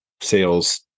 sales